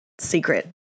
secret